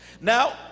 Now